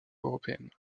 européennes